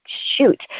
shoot